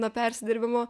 nuo persidirbimo